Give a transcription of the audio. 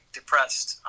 depressed